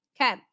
Okay